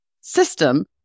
system